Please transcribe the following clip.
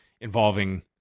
involving